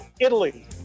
Italy